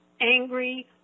angry